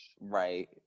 right